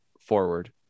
forward